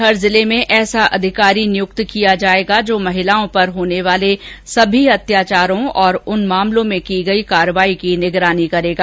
हर जिले में ऐसा अधिकारी नियुक्त किया जायेगा जो महिलाओं पर होने वाले सभी अत्याचारों और उन मामलों में की गई कार्रवाई की निगरानी करेगा